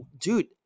dude